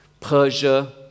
Persia